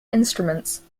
instruments